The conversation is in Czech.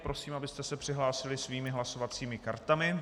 Prosím, abyste se přihlásili svými hlasovacími kartami.